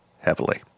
heavily